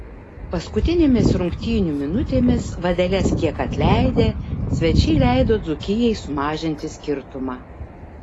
paskutinėmis rungtynių minutėmis vadeles kiek atleidę svečiai leido dzūkijai sumažinti skirtumą